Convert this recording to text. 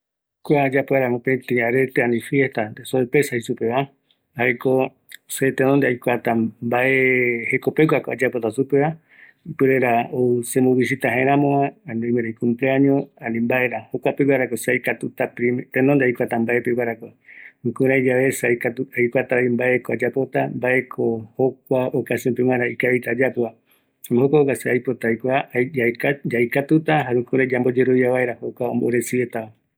Arete ñamoërakua mbae yayapo vaera, yaikuata mbaerakova, menda, iarapegua, jaema ekavaera ayapo ikavi öe vaera, jukurai oyeroviata opɨta jokua arete iya